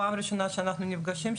פעם ראשונה שאנחנו נפגשים,